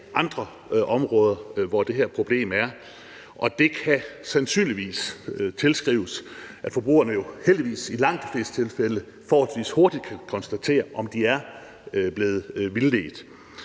andre områder, hvor der er det her problem, og det kan sandsynligvis tilskrives, at forbrugerne jo heldigvis i langt de fleste tilfælde forholdvis hurtigt kan konstatere, om de er blevet vildledt.